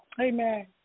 Amen